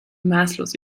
maßlos